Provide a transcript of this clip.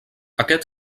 aquest